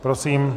Prosím.